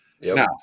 Now